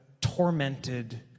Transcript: tormented